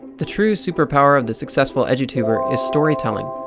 the true superpower of the successful edutuber is storytelling.